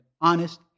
honest